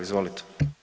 Izvolite.